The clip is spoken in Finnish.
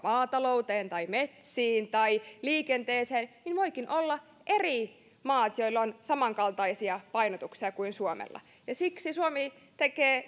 maatalouteen tai metsiin tai liikenteeseen voikin olla eri maat joilla on samankaltaisia painotuksia kuin suomella siksi suomi tekee